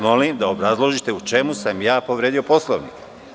Molim vas da obrazložite u čemu sam ja povredio Poslovnik.